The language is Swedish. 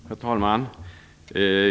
Herr talman!